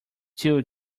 two